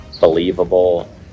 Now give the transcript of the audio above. believable